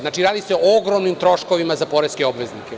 Znači, radi se o ogromnim troškovima za poreske obveznika.